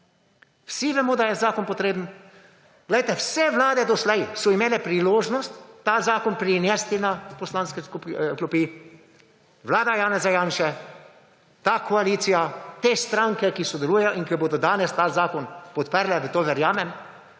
Vsi vemo, da je zakon potreben. Poglejte, vse Vlade doslej so imele priložnost ta zakon prinesti na poslanske klopi, Vlada Janeza Janše, ta koalicija, te stranke, ki sodelujejo, in ki bodo danes ta zakon podprle, v to verjamem,